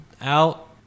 out